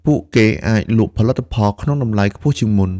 ពួកគេអាចលក់ផលិតផលក្នុងតម្លៃខ្ពស់ជាងមុន។